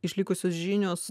išlikusios žinios